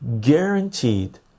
guaranteed